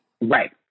Right